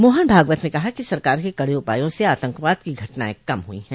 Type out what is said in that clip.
मोहन भागवत ने कहा कि सरकार के कड़े उपायों से आतंकवाद की घटनाएं कम हई हैं